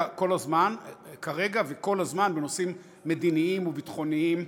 וכל הזמן בנושאים מדיניים וביטחוניים,